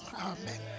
amen